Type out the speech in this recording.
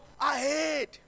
ahead